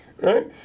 right